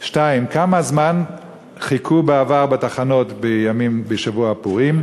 2. כמה זמן חיכו בעבר בתחנות בשבוע הפורים?